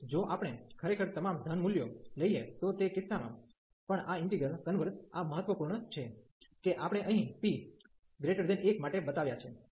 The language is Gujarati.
તેથી જો આપણે ખરેખર તમામ ધન મૂલ્યો લઈએ તો તે કિસ્સામાં પણ આ ઈન્ટિગ્રલ કન્વર્ઝ આ મહત્વપૂર્ણ છે કે આપણે અહીં p 1 માટે બતાવ્યા છે